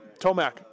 Tomac